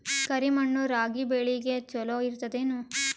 ಕರಿ ಮಣ್ಣು ರಾಗಿ ಬೇಳಿಗ ಚಲೋ ಇರ್ತದ ಏನು?